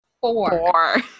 Four